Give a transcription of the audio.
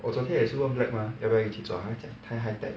我昨天也是问 black mah 要不要一起做他讲太 high tech